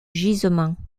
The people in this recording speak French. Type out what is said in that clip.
gisement